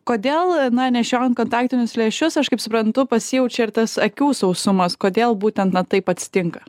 kodėl na nešiojant kontaktinius lęšius aš kaip suprantu pasijaučia ir tas akių sausumas kodėl būtent na taip atsitinka